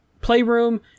Playroom